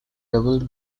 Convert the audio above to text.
double